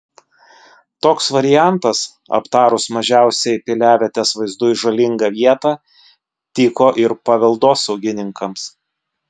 toks variantas aptarus mažiausiai piliavietės vaizdui žalingą vietą tiko ir paveldosaugininkams